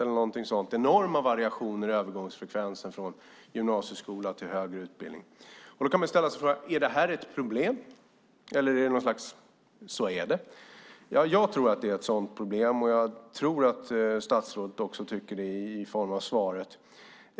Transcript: Det är enorma variationer i övergångsfrekvens från gymnasieskola till högre utbildning. Man kan naturligtvis fråga sig om det är ett problem eller om det är ett slags så-är-det. Jag tror att det är ett problem. Jag tror, av svaret, att statsrådet också tycker det.